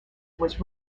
was